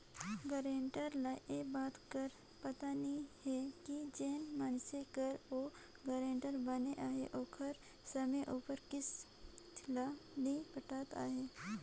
guarantor ल ए बात कर पता नी रहें कि जेन मइनसे कर ओ गारंटर बनिस अहे ओहर समे उपर किस्त ल नी पटात अहे